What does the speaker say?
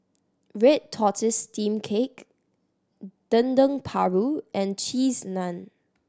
red tortoise steamed cake Dendeng Paru and Cheese Naan